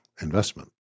investment